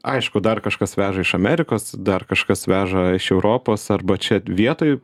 aišku dar kažkas veža iš amerikos dar kažkas veža iš europos arba čia vietoj